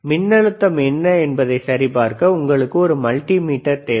மின்னழுத்தம் என்ன என்பதை சரிபார்க்க உங்களுக்கு ஒரு மல்டிமீட்டர் தேவை